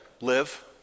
Live